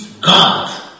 God